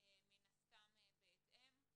מן הסתם בהתאם.